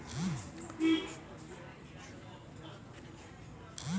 हमर पुरना बासा हमर अचल पूंजी छै